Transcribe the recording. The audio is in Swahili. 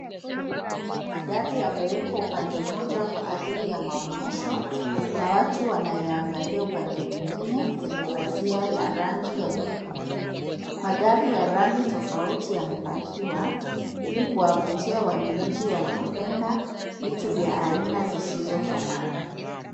Magari yamewekwa upande mmoja kwa ajili ya maonyesho na watu wanayoangalia upande mwingine kwenye pasia la rangi ya nyekundu. Magari ya rangi tofauti yamepakiwa ili kuwavutia wanunuzi wanaopenda vitu vya aina zizizofanana.